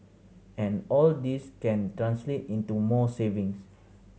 and all this can translate into more savings